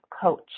coach